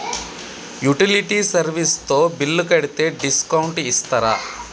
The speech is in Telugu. యుటిలిటీ సర్వీస్ తో బిల్లు కడితే డిస్కౌంట్ ఇస్తరా?